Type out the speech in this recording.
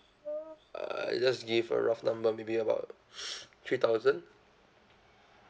I just give a rough number maybe about three thousand